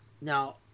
Now